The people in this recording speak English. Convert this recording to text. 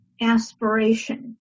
aspiration